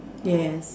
yes